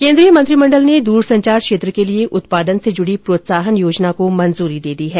केन्द्रीय मंत्रिमंडल ने दूरसंचार क्षेत्र के लिए उत्पादन से जुड़ी प्रोत्साहन योजना को मंजूरी दे दी है